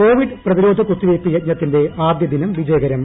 Covid പ്രതിരോധ കുത്തിവയ്പ് യജ്ഞത്തിന്റെ ആദ്യദിനം വിജയക്കരം